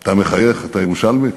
אתה מחייך, אתה ירושלמי?